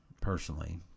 personally